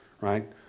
right